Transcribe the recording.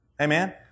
Amen